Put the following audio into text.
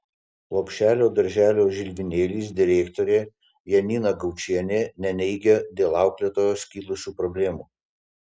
lopšelio darželio žilvinėlis direktorė janina gaučienė neneigia dėl auklėtojos kilusių problemų